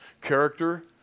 character